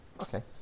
Okay